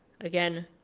again